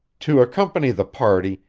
to accompany the party,